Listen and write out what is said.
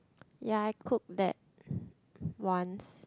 ya I cooked that once